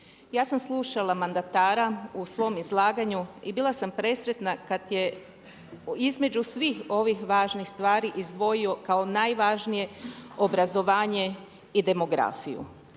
Ja sam slušala mandatara u svom izlaganju i bila sam presretna kad je između svih ovih važnih stvari izdvojio kao najvažnije obrazovanje i demografiju.